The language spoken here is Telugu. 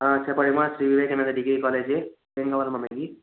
చెప్పండి మా శ్రీ వివేకానంద డిగ్రీ కాలేజీ ఏం కావాలమ్మా మీకు